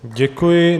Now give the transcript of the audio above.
Děkuji.